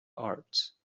arts